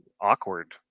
awkward